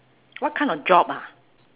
what kind of job ah